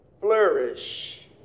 flourish